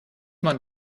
man